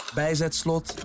bijzetslot